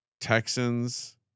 Texans